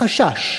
היא החשש,